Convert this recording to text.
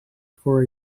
for